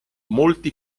molti